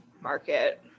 market